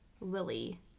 Lily